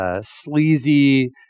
sleazy